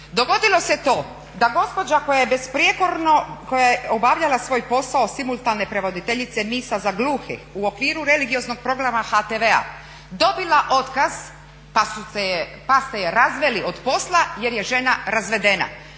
Dogodilo se to da gospođa koja je besprijekorno obavlja svoj posao simultane prevoditeljice misa za gluhe u okviru religioznog programa HTV-a dobila otkaz pa ste je razveli od posla jer je žena razvedena.